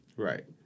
Right